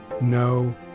No